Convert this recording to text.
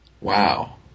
Wow